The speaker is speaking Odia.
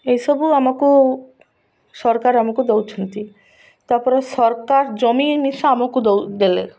ଏସବୁ ଆମକୁ ସରକାର ଆମକୁ ଦଉଛନ୍ତି ତା'ପରେ ସରକାର ଜମିି ନିଶା ଆମକୁ ଦଉ ଦେଲେ